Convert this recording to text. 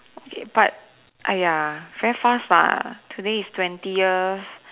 okay but !aiya! very fast lah today is twenty years